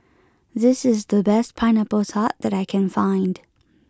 this is the best Pineapple Tart that I can find